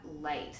light